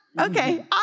Okay